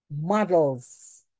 models